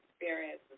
experience